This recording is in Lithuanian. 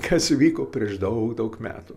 kas įvyko prieš daug daug metų